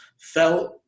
felt